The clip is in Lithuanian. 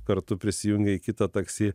kartu prisijungė į kitą taksi